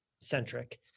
centric